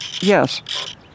Yes